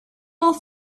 all